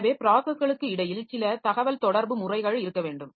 எனவே ப்ராஸஸ்களுக்கு இடையில் சில தகவல்தொடர்பு முறைகள் இருக்க வேண்டும்